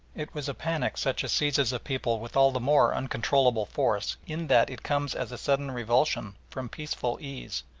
it was a panic such as seizes a people with all the more uncontrollable force in that it comes as a sudden revulsion from peaceful ease